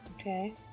Okay